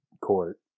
court